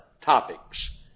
topics